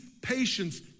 patience